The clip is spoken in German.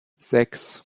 sechs